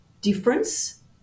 difference